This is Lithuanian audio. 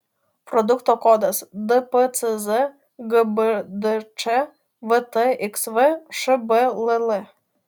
produkto kodas dpcz gbdč vtxv šbll